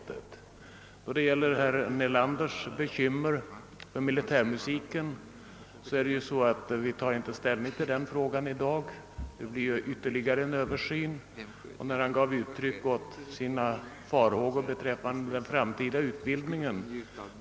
Vad sedan gäller herr Nelanders bekymmer för militärmusiken vill jag framhålla, att vi inte tar ställning till den frågan i dag. Det blir ytterligare en översyn. Herr Nelander gav uttryck för sina farhågor beträffande den framtida utbildningen.